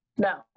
No